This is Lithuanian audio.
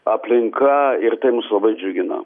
aplinka ir tai mus labai džiugina